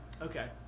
Okay